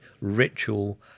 ritual